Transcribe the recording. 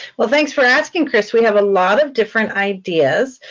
well, thanks for asking chris. we have a lot of different ideas.